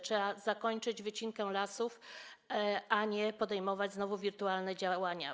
Trzeba zakończyć wycinkę lasów, nie podejmować znowu wirtualnych działań.